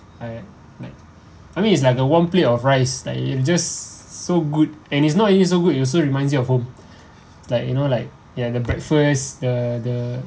I mean it's like a warm plate of rice like you just so good and it's not only so good it also reminds you of home like you know like ya the breakfast the the